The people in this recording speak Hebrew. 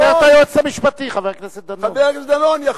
תפנה ליועץ המשפטי, חבר הכנסת דנון.